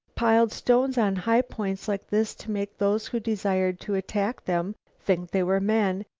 piled stones on high points like this to make those who desired to attack them think they were men,